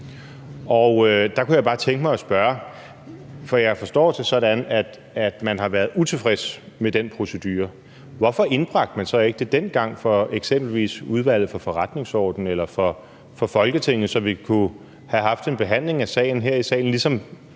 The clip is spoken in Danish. det sådan, at man har været utilfreds med den procedure: Hvorfor indbragte man det så ikke dengang for eksempelvis Udvalget for Forretningsordenen eller for Folketinget, så vi kunne have haft en behandling af sagen